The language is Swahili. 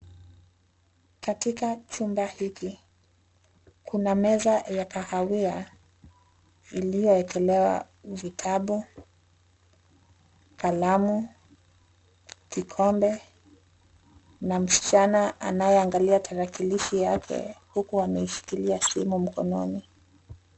Katika chumba hiki, kuna meza ya kahawia iliyoekelewa vitabu, kalamu, kikombe na msichana anaeyeangalia tarakilishi Yake huku ameshikilia simu mkononi.